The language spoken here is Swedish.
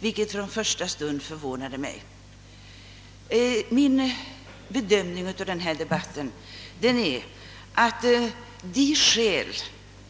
Det har från första stund förvånat mig att ingen har reserverat sig i detta ärende.